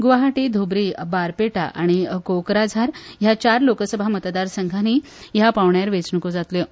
गुवाहाटी धुबरी बारपेटा आनी कोकराझार ह्या चार लोकसभा मतदार संघानी ह्या पांवड्यार वेचणुको जातल्यो